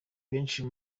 benshi